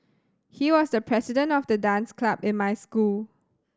he was the president of the dance club in my school